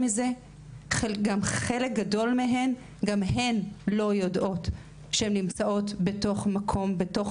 חלק גדול מהן גם הן לא יודעות שהן נמצאות בתוך מקום בתוך